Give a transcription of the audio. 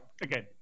again